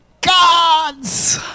god's